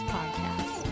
Podcast